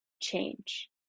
change